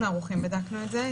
אנחנו ערוכים, בדקנו את זה.